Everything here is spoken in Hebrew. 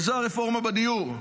וזו הרפורמה בדיור.